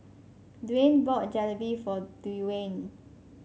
Dwaine bought Jalebi for Dewayne